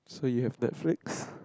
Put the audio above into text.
so you have Netflix